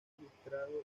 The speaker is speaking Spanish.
ilustrado